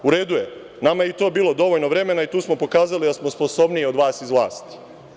U redu je, nama je i to bilo dovoljno vremena, i tu smo pokazali da smo sposobniji od vas iz vlasti.